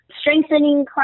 strengthening